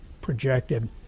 projected